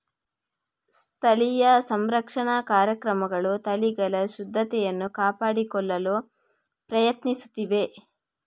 ಸ್ಥಳೀಯ ಸಂರಕ್ಷಣಾ ಕಾರ್ಯಕ್ರಮಗಳು ತಳಿಗಳ ಶುದ್ಧತೆಯನ್ನು ಕಾಪಾಡಿಕೊಳ್ಳಲು ಪ್ರಯತ್ನಿಸುತ್ತಿವೆ